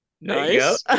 Nice